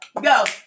go